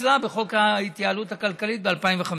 שפוצלה מחוק ההתייעלות הכלכלית ב-2015.